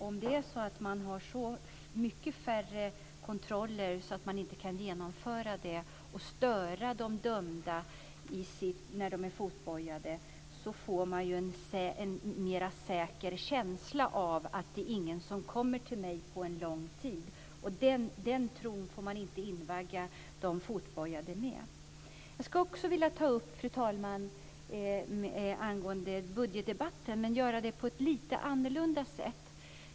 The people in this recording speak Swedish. Om man har så pass mycket färre kontroller att man inte kan genomföra det hela och störa de dömda när de är fotbojade så får de ju en mer säker känsla av att "det är ingen som kommer till mig på en lång tid". Den tron får man inte invagga de fotbojade i! Fru talman! Jag skulle också vilja ta upp en sak angående budgetdebatten, men jag ska göra det på ett lite annorlunda sätt.